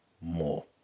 more